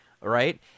right